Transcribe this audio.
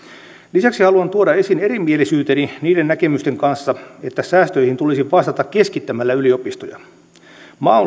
lisäksi haluan tuoda esiin erimielisyyteni niiden näkemysten kanssa että säästöihin tulisi vastata keskittämällä yliopistoja maa